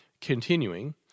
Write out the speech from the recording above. continuing